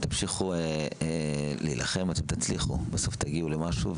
תמשיכו להילחם, אתן תצליחו, בסוף תגיעו למשהו.